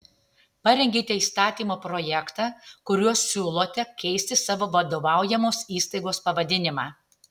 parengėte įstatymo projektą kuriuo siūlote keisti savo vadovaujamos įstaigos pavadinimą